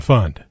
Fund